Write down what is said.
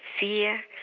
fear,